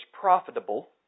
profitable